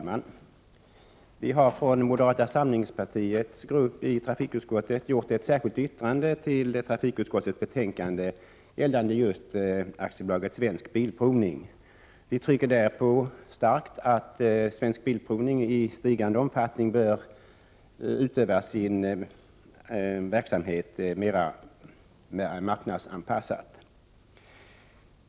Fru talman! Vi i moderata samlingspartiets grupp i trafikutskottet har skrivit ett särskilt yttrande till trafikutskottets betänkande gällande just AB Svensk Bilprovning. Vi framhåller starkt att Svensk Bilprovning i stigande omfattning bör utöva sin verksamhet mer marknadsanpassat.